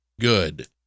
good